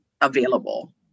available